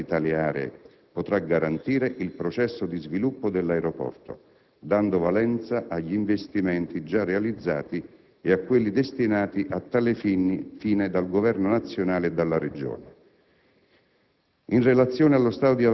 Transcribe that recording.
Si evidenzia che la disponibilità di tali aree potrà garantire il processo di sviluppo dell'aeroporto, dando valenza agli investimenti già realizzati e a quelli destinati a tale fine dal Governo nazionale e dalla Regione.